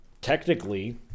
technically